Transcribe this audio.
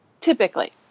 typically